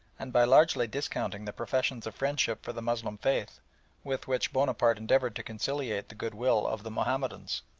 and by largely discounting the professions of friendship for the moslem faith with which bonaparte endeavoured to conciliate the goodwill of the mahomedans.